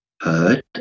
heard